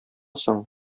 соң